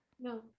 No